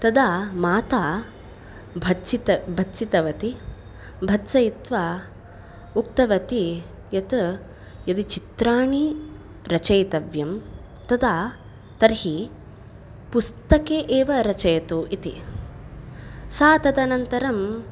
तदा माता भर्त्सित भर्त्सितवती भर्त्सयित्वा उक्तवती यत् यदि चित्राणि रचयितव्यं तदा तर्हि पुस्तके एव रचयतु इति सा तदनन्तरं